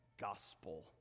gospel